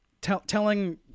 telling